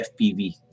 FPV